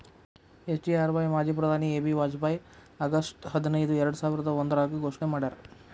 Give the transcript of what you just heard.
SGRY ಮಾಜಿ ಪ್ರಧಾನಿ A B Vajpayee August ಹದಿನೈದು ಎರ್ಡಸಾವಿರದ ಒಂದ್ರಾಗ ಘೋಷಣೆ ಮಾಡ್ಯಾರ